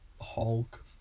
Hulk